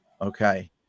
okay